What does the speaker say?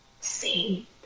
See